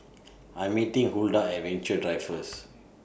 I'm meeting Huldah At Venture Drive First